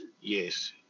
Yes